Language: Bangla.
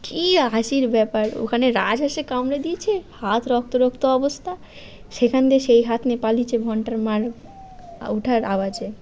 কী হাসির ব্যাপার ওখানে রাজহাঁসে কামড়ে দিয়েছে হাত রক্ত রক্ত অবস্থা সেখান দিয়ে সেই হাত নিয়ে পালিয়েছে ভন্টার মার আ ওঠার আওয়াজে